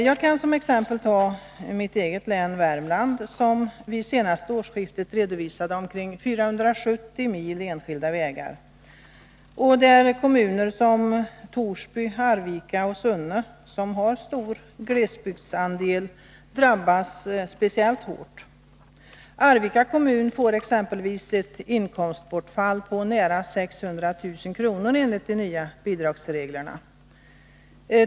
Jag kan som exempel ta mitt eget län, Värmland, som vid senaste årsskiftet redovisade omkring 470 mil enskilda vägar och där kommuner som Torsby, Arvika och Sunne, som har stor glesbygdsandel, drabbas speciellt hårt. Arvika kommun får exempelvis ett inkomstbortfall på nära 600 000 kr. enligt de nya bidragsreglerna.